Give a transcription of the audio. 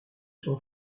son